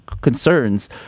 concerns